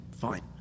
Fine